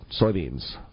soybeans